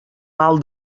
mal